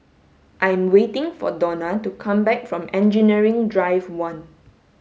I am waiting for Dona to come back from Engineering Drive one